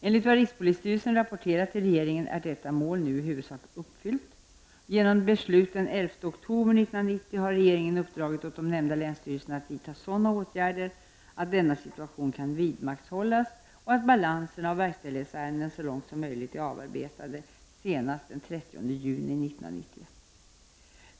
Enligt vad rikspolisstyrelsen rapporterat till regeringen är detta mål nu i huvudsak uppfyllt. Genom beslut den 11 okotober 1990 har regeringen uppdragit åt de nämnda länsstyrelserna att vidta sådana åtgärder att denna situation kan vidmakthållas och att balanserna av verkställighetsärenden så långt möjligt är avarbetade senast den 30 juni 1991.